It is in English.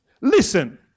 Listen